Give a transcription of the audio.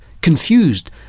confused